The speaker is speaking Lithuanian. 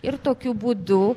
ir tokiu būdu